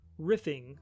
riffing